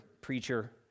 preacher